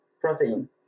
protein